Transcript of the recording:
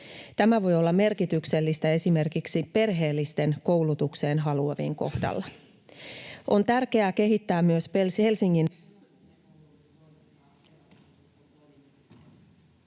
Tämä voi olla merkityksellistä esimerkiksi perheellisten koulutukseen haluavien kohdalla. On tärkeää kehittää myös Helsingin